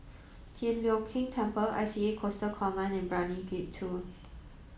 Tian Leong Keng Temple I C A Coastal Command and Brani Gate two